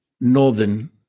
Northern